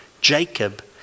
Jacob